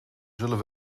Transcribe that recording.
zullen